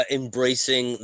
embracing